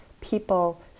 people